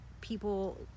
people